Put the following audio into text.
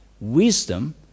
wisdom